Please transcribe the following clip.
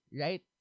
right